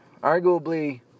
Arguably